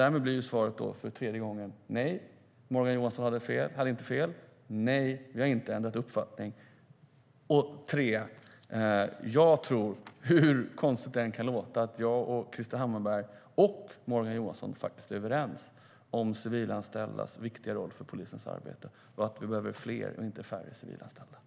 Därmed blir svaret återigen: Nej, Morgan Johansson hade inte fel, nej, vi har inte ändrat uppfattning, och jag tror, hur konstigt det än kan låta, att jag, Krister Hammarbergh och Morgan Johansson faktiskt är överens om de civilanställdas viktiga roll för polisens arbete och att vi behöver fler, inte färre, civilanställda.